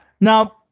now